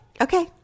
Okay